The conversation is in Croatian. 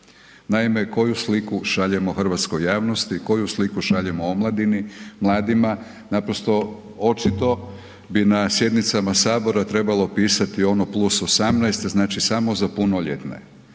Naime, koju sliku šaljemo hrvatskoj javnosti, koju sliku šaljemo omladini, mladima, naprosto očito bi na sjednicama Sabora trebalo pisati ono +18 jer znači samo za punoljetne.